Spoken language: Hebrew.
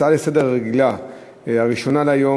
הצעה לסדר-היום רגילה ראשונה להיום